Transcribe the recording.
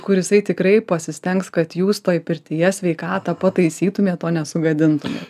kur jisai tikrai pasistengs kad jūs toje pirtyje sveikatą pataisytumėt o nesugadintumėt